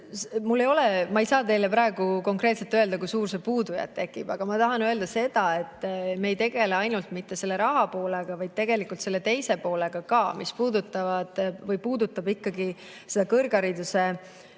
Ma ei saa teile praegu konkreetselt öelda, kui suur puudujääk tekib, aga ma tahan öelda seda, et me ei tegele mitte ainult selle raha poolega, vaid tegelikult selle teise poolega ka, mis puudutab seda kõrghariduse struktuurset